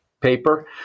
paper